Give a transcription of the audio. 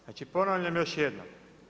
Znači ponavljam još jednom.